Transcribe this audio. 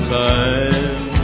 time